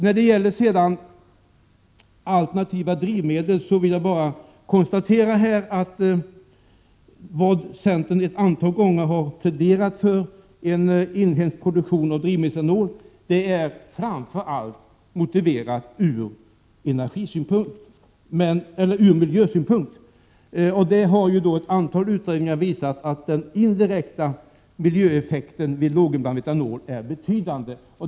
När det gäller alternativa drivmedel vill jag konstatera att centern ett antal gånger har pläderat för en inhemsk produktion av drivmedelsetanol. Detta är motiverat framför allt ur miljösynpunkt. Ett antal utredningar har visat att den indirekta miljöeffekten vid en låginblandning av etanol i bensin är betydande.